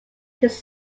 his